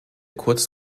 kurz